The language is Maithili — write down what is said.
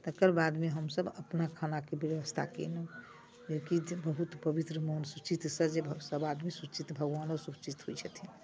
तकर बादमे हमसभ अपना खानाके व्यवस्था केलहुँ फेर की जे बहुत पवित्र मोनसँ सुचित्तसँ जे सभआदमी सुचित्त भगवानो सूचित्त होइ छथिन